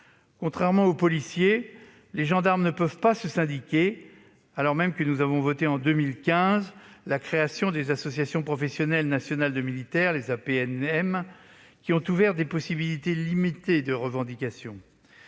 Contrairement aux policiers, les gendarmes ne peuvent pas se syndiquer, même si nous avons approuvé, en 2015, la création des associations professionnelles nationales de militaires (APNM), qui ont ouvert des possibilités limitées de revendication.